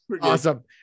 Awesome